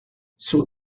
sus